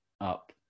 up